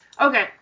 okay